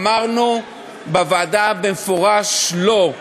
אמרנו בוועדה במפורש: לא.